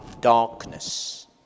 Darkness